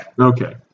Okay